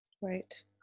Right